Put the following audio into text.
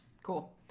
cool